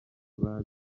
bazi